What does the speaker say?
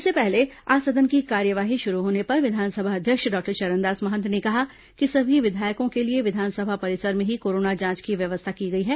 इससे पहले आज सदन की कार्यवाही शुरू होने पर विधानसभा अध्यक्ष डॉक्टर चरणदास महंत ने कहा कि सभी विधायकों के लिए विधानसभा परिसर में ही कोरोना जांच की व्यवस्था की गई है